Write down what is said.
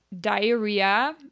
diarrhea